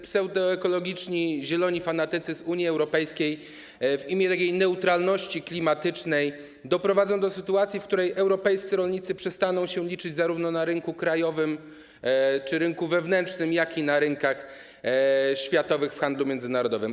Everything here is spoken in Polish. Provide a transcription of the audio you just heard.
Pseudoekologiczni zieloni fanatycy z Unii Europejskiej w imię neutralności klimatycznej doprowadzą do sytuacji, w której europejscy rolnicy przestaną się liczyć zarówno na rynku krajowym czy rynku wewnętrznym, jak i na rynkach światowych, w handlu międzynarodowym.